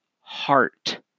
heart